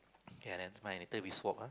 okay lah never mind later we swap ah